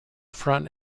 front